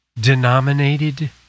Denominated